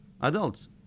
adults